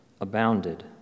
abounded